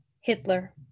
Hitler